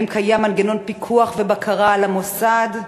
1. האם קיים מנגנון פיקוח ובקרה על המוסד?